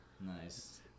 Nice